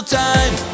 time